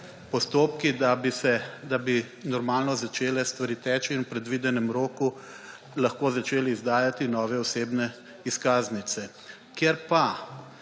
postopki, da bi normalno začele stvari teči in v predvidenem roku lahko začeli izdajati nove osebne izkaznice. Ker pa